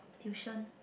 tuition